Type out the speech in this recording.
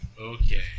Okay